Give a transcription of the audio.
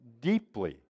deeply